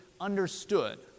understood